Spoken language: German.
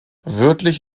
wörtlich